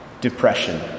Depression